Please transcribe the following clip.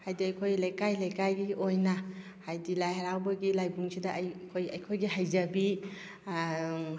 ꯍꯥꯏꯕꯗꯤ ꯑꯩꯈꯣꯏ ꯂꯩꯀꯥꯏ ꯂꯩꯀꯥꯏꯒꯤ ꯑꯣꯏꯅ ꯍꯥꯏꯕꯗꯤ ꯂꯥꯏ ꯍꯔꯥꯎꯕꯒꯤ ꯂꯥꯏꯕꯨꯡꯁꯤꯗ ꯑꯩ ꯑꯩꯈꯣꯏꯒꯤ ꯍꯩꯖꯕꯤ ꯑꯪ